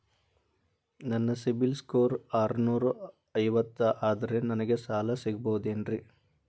ನನ್ನ ಸಿಬಿಲ್ ಸ್ಕೋರ್ ಆರನೂರ ಐವತ್ತು ಅದರೇ ನನಗೆ ಸಾಲ ಸಿಗಬಹುದೇನ್ರಿ?